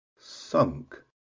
sunk